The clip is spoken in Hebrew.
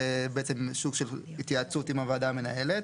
זה בעצם סוג של התייעצות עם הוועדה המנהלת,